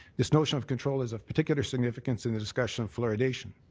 this notion of control is of particular significance in the discussion of fluoridation.